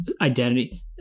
Identity